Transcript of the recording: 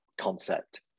concept